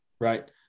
right